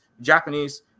Japanese